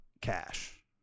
cash